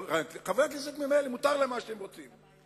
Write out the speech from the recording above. לחברי הכנסת ממילא מותר לעשות מה שהם רוצים.